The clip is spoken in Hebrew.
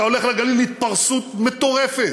אתה הולך לגליל, התפרסות מטורפת.